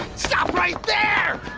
stop right there!